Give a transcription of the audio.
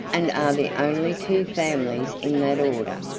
and are the only two families in that order.